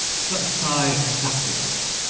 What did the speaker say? so let's try adaptive grid.